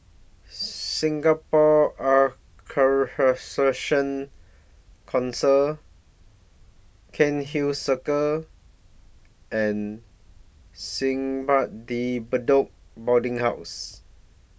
Singapore Council Cairnhill Circle and Simpang De Bedok Boarding House